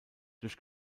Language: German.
durch